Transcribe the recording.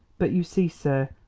but you see, sir,